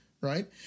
right